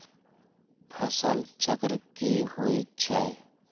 फसल चक्र की होई छै?